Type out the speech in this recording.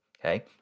okay